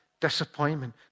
disappointment